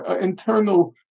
internal